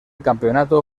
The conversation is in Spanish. campeonato